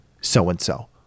so-and-so